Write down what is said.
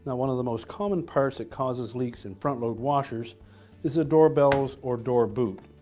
one of the most common parts that causes leaks in front-load washers is the door bellows or door boot.